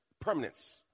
Permanence